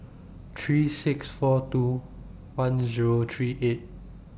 three six four two one Zero three eight